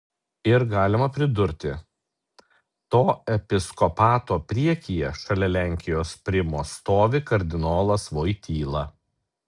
ir galima pridurti to episkopato priekyje šalia lenkijos primo stovi kardinolas voityla